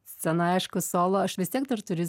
scena aišku solo aš vis tiek dar turiu